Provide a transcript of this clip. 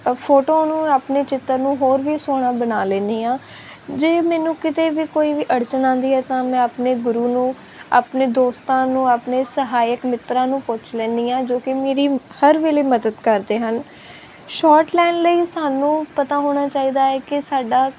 photo ਨੂੰ ਆਪਣੇ ਚਿੱਤਰ ਨੂੰ ਹੋਰ ਵੀ ਸੋਹਣਾ ਬਣਾ ਲੈਂਦੀ ਹਾਂ ਜੇ ਮੈਨੂੰ ਕਿਤੇ ਵੀ ਕੋਈ ਵੀ ਅੜਚਣ ਆਉਂਦੀ ਹੈ ਤਾਂ ਮੈਂ ਆਪਣੇ ਗੁਰੂ ਨੂੰ ਆਪਣੇ ਦੋਸਤਾਂ ਨੂੰ ਆਪਣੇ ਸਹਾਇਕ ਮਿੱਤਰਾਂ ਨੂੰ ਪੁੱਛ ਲੈਂਦੀ ਹਾਂ ਜੋ ਕਿ ਮੇਰੀ ਹਰ ਵੇਲੇ ਮਦਦ ਕਰਦੇ ਹਨ ਸ਼ਾਰਟ ਲੈਣ ਲਈ ਸਾਨੂੰ ਪਤਾ ਹੋਣਾ ਚਾਹੀਦਾ ਹੈ ਕਿ ਸਾਡਾ